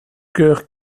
chœur